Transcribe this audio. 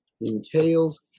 entails